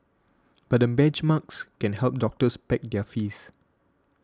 but the benchmarks can help doctors peg their fees